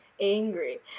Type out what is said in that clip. angry